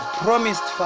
promised